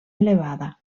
elevada